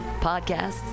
Podcasts